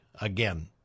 Again